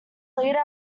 leader